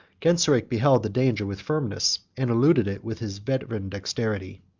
genseric beheld the danger with firmness, and eluded it with his veteran dexterity.